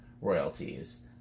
royalties